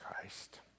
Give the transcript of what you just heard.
Christ